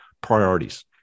priorities